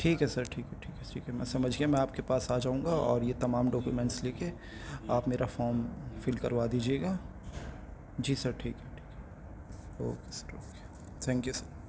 ٹھیک ہے سر ٹھیک ہے ٹھیک ہے ٹھیک ہے میں سمجھ گیا میں آپ کے پاس آ جاؤں گا اور یہ تمام ڈاکومینٹس لے کے آپ میرا فارم فل کروا دیجیے گا جی سر ٹھیک ہے ٹھیک ہے okay sir okay thank you sir